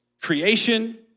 Creation